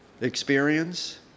experience